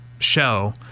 show